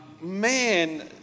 man